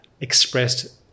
expressed